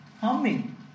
humming